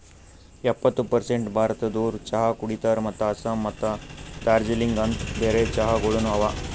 ಎಪ್ಪತ್ತು ಪರ್ಸೇಂಟ್ ಭಾರತದೋರು ಚಹಾ ಕುಡಿತಾರ್ ಮತ್ತ ಆಸ್ಸಾಂ ಮತ್ತ ದಾರ್ಜಿಲಿಂಗ ಅಂತ್ ಬೇರೆ ಚಹಾಗೊಳನು ಅವಾ